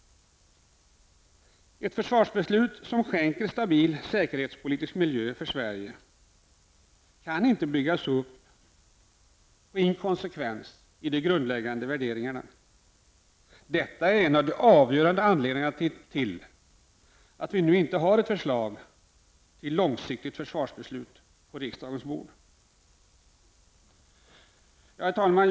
Ett försvarsbeslut som skänker stabil säkerhetspolitisk miljö för Sverige kan inte byggas upp på inkonsekvens i de grundläggande värderingarna. Detta är en av de avgörande anledningarna till att vi inte nu har ett förslag till långsiktigt försvarsbeslut på riksdagens bord. Herr talman!